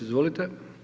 Izvolite.